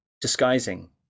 disguising